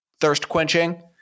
thirst-quenching